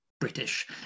British